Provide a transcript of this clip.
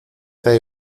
hay